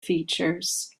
features